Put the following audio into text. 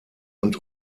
und